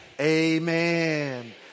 amen